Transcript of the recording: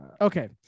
Okay